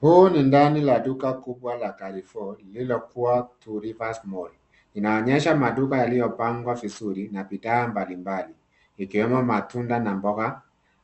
Huu ni ndani ya duka kubwa la Carrefour lililokuwa two rivers mall . Inaonyesha maduka yaliyopangwa vizuri na bidhaa mbalimbali, ikiwemo matunda na mboga,